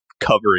coverage